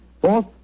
Fourth